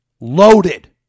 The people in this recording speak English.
loaded